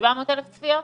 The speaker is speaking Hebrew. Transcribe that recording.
700,000 צפיות?